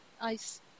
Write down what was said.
ice